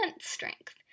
strength